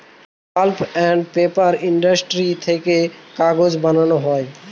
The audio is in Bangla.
পাল্প আন্ড পেপার ইন্ডাস্ট্রি থেকে কাগজ বানানো হয়